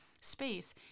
space